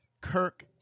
Kirk